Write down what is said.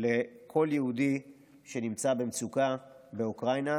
לכל יהודי שנמצא במצוקה באוקראינה.